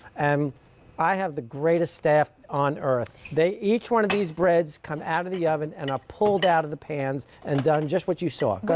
um i have the greatest staff on earth. each one of these breads come out of the oven and are pulled out of the pan and done just what you saw.